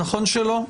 נכון שלא?